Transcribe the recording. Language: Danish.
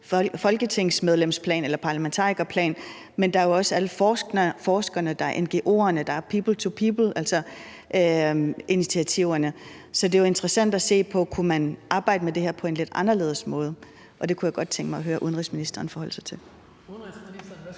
folketingsmedlemsplan eller parlamentarikerplan, men der er også alle forskerne, der er ngo'erne, der er people to people-initiativerne. Så det er interessant at se på, om man kunne arbejde med det her på en lidt anderledes måde, og det kunne jeg godt tænke mig at høre udenrigsministeren forholde sig til.